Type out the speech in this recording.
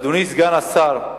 אדוני, סגן השר,